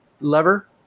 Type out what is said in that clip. lever